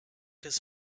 his